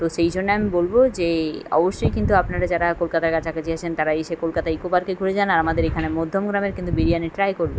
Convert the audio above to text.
তো সেই জন্যে আমি বলবো যে অবশ্যই কিন্তু আপনারা যারা কলকাতার কাছাকাছি আসেন তারা এসে কলকাতায় ইকো পার্কে ঘুরে যান আর আমাদের এইখানে মধ্যমগ্রামের কিন্তু বিরিয়ানি ট্রাই করবেন